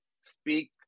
speak